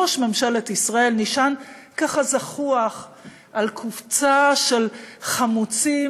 ראש ממשלת ישראל נשען ככה זחוח על קופסה של חמוצים,